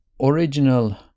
original